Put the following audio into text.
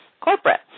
corporate